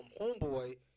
Homeboy